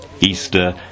Easter